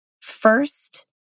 First